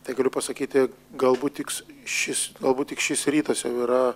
tai galiu pasakyti galbūt tiks šis galbūt tik šis rytas jau yra